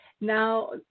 Now